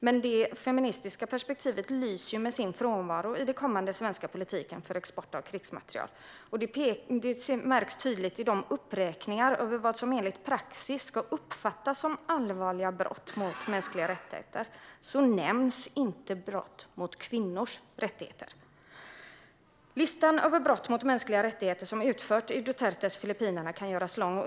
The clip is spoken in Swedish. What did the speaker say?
Men det feministiska perspektivet lyser med sin frånvaro i politiken för export av krigsmateriel. Det märks tydligt i de uppräkningar av vad som enligt praxis ska uppfattas som allvarliga brott mot mänskliga rättigheter. Brott mot kvinnors rättigheter nämns inte. Listan över brott mot mänskliga rättigheter som utförts i Dutertes Filippinerna kan göras lång.